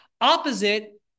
opposite